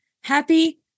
happy